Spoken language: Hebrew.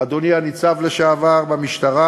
אדוני הניצב לשעבר במשטרה